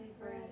bread